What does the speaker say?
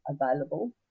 available